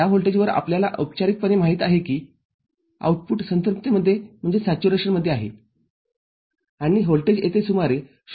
त्या व्होल्टेजवर आपल्याला औपचारिकपणे माहित आहे की आउटपुट संतृप्तिमध्ये आहे आणि व्होल्टेज येथे सुमारे 0